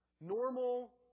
normal